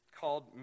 called